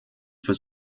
für